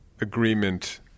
agreement